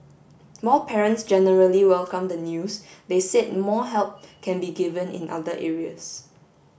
more parents generally welcomed the news they said more help can be given in other areas